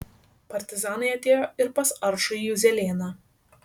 partizanai atėjo ir pas aršųjį juzelėną